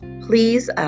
Please